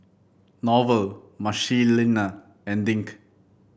Norval Marcelina and Dink